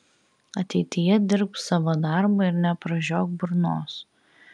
ateityje dirbk savo darbą ir nepražiok burnos